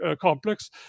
complex